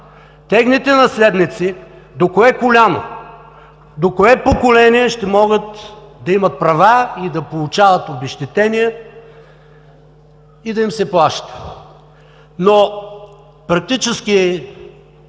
техните наследници до кое коляно, до кое поколение ще могат да имат права и да получават обезщетения – да им се плаща. Практически тази